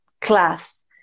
class